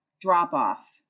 drop-off